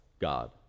God